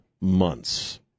months